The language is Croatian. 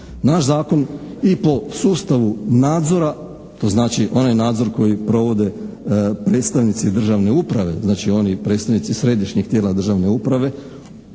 Naš Zakon i po sustavu nadzora, to znači onaj nadzor koji provode predstavnici državne uprave, znači oni predstavnici središnjih tijela državne uprave,